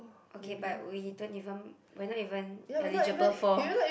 okay but we don't even we're not even eligible for